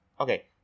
Okay